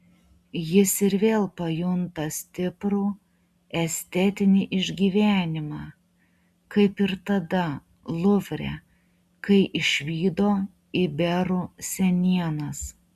jis ir vėl pajunta stiprų estetinį išgyvenimą kaip ir tada luvre kai išvydo iberų senienas